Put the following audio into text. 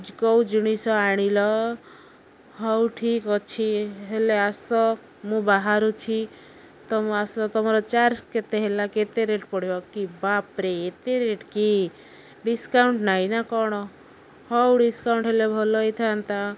କୋଉ ଜିନିଷ ଆଣିଲ ହଉ ଠିକ୍ ଅଛି ହେଲେ ଆସ ମୁଁ ବାହାରୁଛି ତମ ଆସ ତମର ଚାର୍ଜ କେତେ ହେଲା କେତେ ରେଟ୍ ପଡ଼ିବ କି ବାପ୍ରେ ଏତେ ରେଟ୍ କି ଡିସ୍କାଉଣ୍ଟ୍ ନାଇଁ ନା କ'ଣ ହଉ ଡିସ୍କାଉଣ୍ଟ୍ ହେଲେ ଭଲ ହେଇଥାନ୍ତା